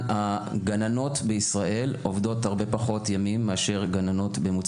הגננות בישראל עובדות הרבה פחות ימים מאשר גננות בממוצע